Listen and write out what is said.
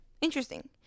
Interesting